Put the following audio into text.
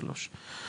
שלוש.